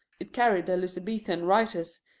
it carried the elizabethan writers,